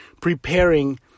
preparing